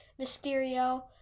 Mysterio